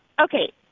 Okay